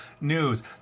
news